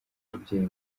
w’ababyeyi